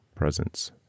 Presence